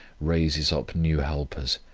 raises up new helpers.